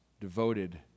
devoted